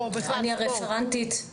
אני רפרנטית,